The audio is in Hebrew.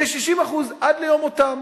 שיהיה 60% עד ליום מותו,